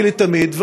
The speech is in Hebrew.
לתמיד,